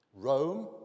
Rome